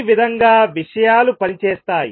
ఈ విధంగా విషయాలు పని చేస్తాయి